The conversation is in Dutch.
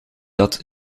dat